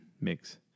mix